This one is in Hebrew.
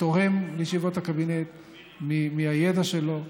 ותורם לישיבות הקבינט מהידע שלו.